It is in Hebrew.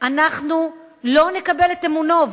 אנחנו לא נקבל את אמונו,